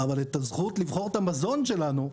אבל את הזכות לבחור את המזון שלנו,